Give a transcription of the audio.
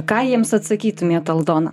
ką jiems atsakytumėt aldona